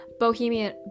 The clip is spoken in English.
bohemian